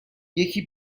یکی